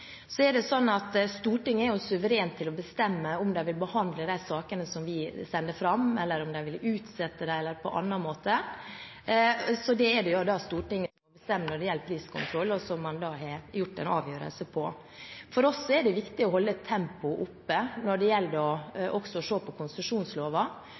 Stortinget er suverent til å bestemme om de vil behandle de sakene som vi legger fram, om de vil utsette dem, eller noe annet, så det er jo Stortinget som bestemmer når det gjelder priskontroll, og som man da har tatt en avgjørelse på. For oss er det viktig å holde tempoet oppe når det gjelder også å se på konsesjonsloven. Som jeg var inne på